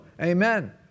Amen